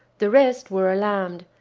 the rest were alarmed,